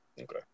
Okay